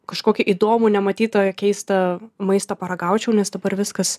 kažkokį įdomų nematytą keistą maistą paragaučiau nes dabar viskas